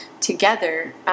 together